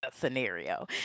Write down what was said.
scenario